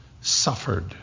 suffered